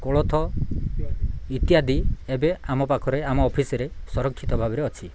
କୋଳଥ ଇତ୍ୟାଦି ଏବେ ଆମ ପାଖରେ ଆମ ଅଫିସ୍ରେ ସଂରକ୍ଷିତ ଭାବରେ ଅଛି